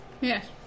Yes